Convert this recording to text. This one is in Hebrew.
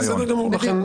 בסדר גמור.